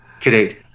correct